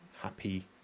happy